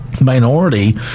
Minority